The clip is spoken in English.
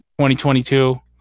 2022